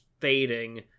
fading